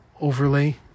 overlay